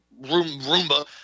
Roomba